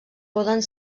poden